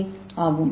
ஏ ஆகும்